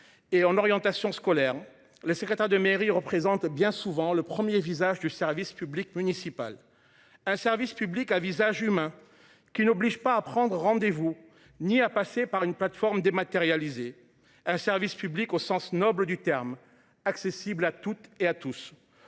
et en orientation scolaire. Le secrétaire de mairie représente bien souvent le 1er visage du service public municipal, un service public à visage humain qui n'oblige pas à prendre rendez vous ni à passer par une plateforme dématérialisée. Un service public au sens noble du terme accessible à toutes et à tous